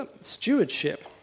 Stewardship